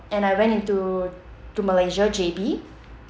and I went into to Malaysia J_B